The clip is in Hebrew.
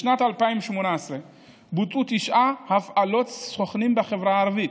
בשנת 2018 בוצעו תשע הפעלות סוכנים בחברה הערבית,